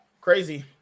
Crazy